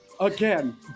again